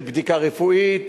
של בדיקה רפואית,